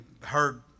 heard